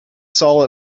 saw